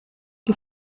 die